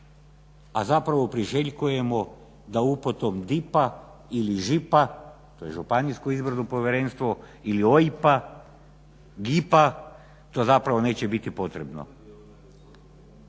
a zapravo priželjkujemo da uputom DIP-a ili ŽIP-a to je Županijsko izborno povjerenstvo ili OIP-a, GIP-a to zapravo neće biti potrebno.